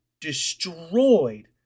destroyed